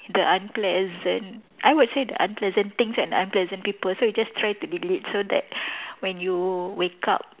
the unpleasant I would say the unpleasant things and unpleasant people so you just try to delete so that when you wake up